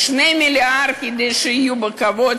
2 מיליארד כדי שיחיו בכבוד.